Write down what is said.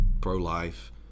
pro-life